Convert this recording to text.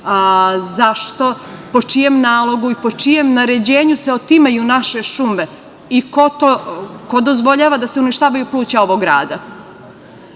zašto, po čijem nalogu, po čijem naređenju se otimaju naše šume i ko dozvoljava da se uništavaju pluća ovog